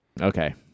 Okay